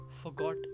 forgot